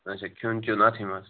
اچھا کھیٚون چیٚون اَتھی منٛز